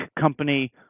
company